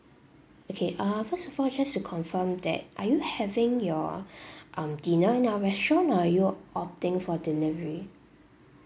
okay uh first of all just to confirm that are you having your um dinner in our restaurant uh you're opting for delivery